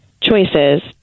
choices